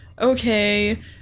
okay